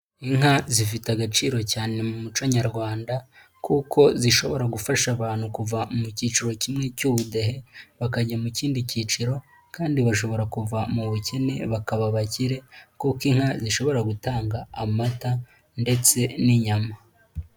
Inka zifite agaciro cyane mu muco nyarwanda, kuko zishobora gufasha abantu kuva mu cyiciro kimwe cy'ubudehe, bakajya mu kindi cyiciro, kandi bashobora kuva mu bukene bakaba abakire, kuko inka zishobora gutanga amata, ndetse n'inyama.